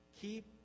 keep